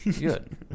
Good